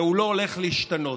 והוא לא הולך להשתנות.